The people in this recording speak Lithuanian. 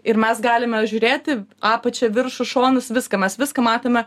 ir mes galime žiūrėti apačią viršų šonus viską mes viską matome